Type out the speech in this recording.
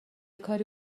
کاری